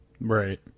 Right